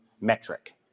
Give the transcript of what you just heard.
metric